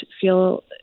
feel